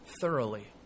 thoroughly